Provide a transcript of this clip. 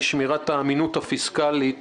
היא שמירת האמינות הפיסקלית